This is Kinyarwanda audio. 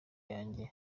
yanjye